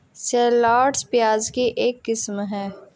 shallots, प्याज की एक किस्म है